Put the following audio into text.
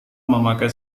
memakai